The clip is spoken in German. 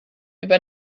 über